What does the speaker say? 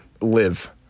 live